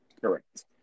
correct